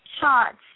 Shots